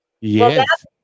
Yes